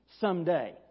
someday